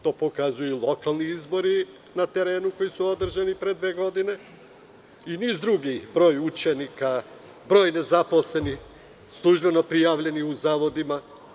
To pokazuju lokalni izbori koji su održani pre dve godine, kao i niz drugih: broj učenika, broj nezaposlenih prijavljenih u zavodima.